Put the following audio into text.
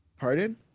Pardon